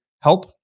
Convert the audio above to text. help